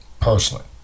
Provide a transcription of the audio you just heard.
personally